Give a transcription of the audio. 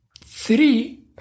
three